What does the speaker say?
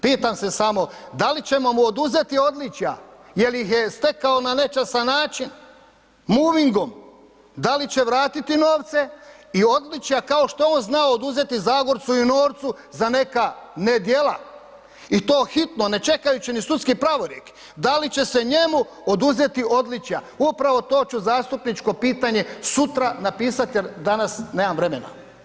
Pitam se samo da li ćemo mu oduzeti odličja jel ih je stekao na nečasan način, muvingom, da li će vratiti novce i odličja kao što je on znao oduzeti Zagorcu i Norcu za neka nedjela i to hitno, ne čekajući ni sudski pravorijek, da li će se njemu oduzeti odličja, upravo to ću zastupničko pitanje sutra napisat jer danas nemam vremena.